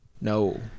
No